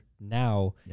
now